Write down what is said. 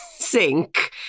sink